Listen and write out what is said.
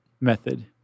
method